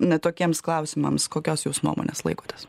na tokiems klausimams kokios jūs nuomonės laikotės